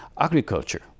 Agriculture